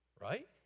right